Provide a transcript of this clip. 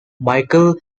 michael